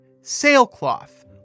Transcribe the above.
sailcloth